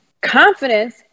confidence